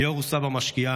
ליאור הוא סבא משקיען,